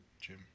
Jim